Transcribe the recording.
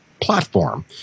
platform